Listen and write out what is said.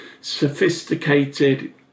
sophisticated